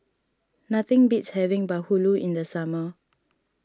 nothing beats having Bahulu in the summer